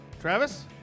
Travis